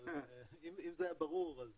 אבל אם זה היה ברור אז